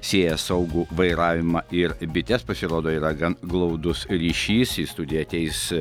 sieja saugų vairavimą ir bites pasirodo yra gan glaudus ryšys į studiją ateis